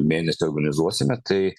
mėnesį organizuosime tai